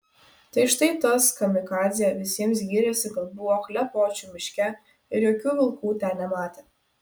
tai štai tas kamikadzė visiems gyrėsi kad buvo klepočių miške ir jokių vilkų ten nematė